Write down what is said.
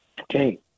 Okay